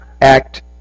act